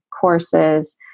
courses